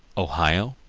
ohio,